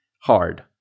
hard